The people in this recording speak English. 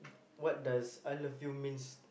what does I love you means